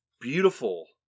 beautiful